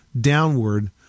downward